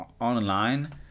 online